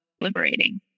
liberating